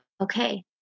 okay